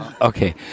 Okay